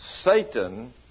Satan